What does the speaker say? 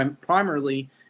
primarily